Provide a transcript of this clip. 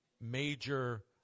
major